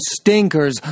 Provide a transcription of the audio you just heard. stinkers